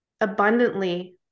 abundantly